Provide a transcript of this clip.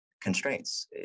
constraints